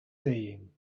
saying